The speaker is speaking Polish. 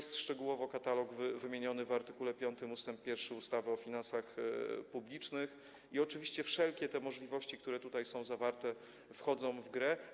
Szczegółowo katalog jest wymieniony w art. 5 ust. 1 ustawy o finansach publicznych i oczywiście wszelkie możliwości, które tutaj są zawarte, wchodzą w grę.